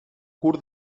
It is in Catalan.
curt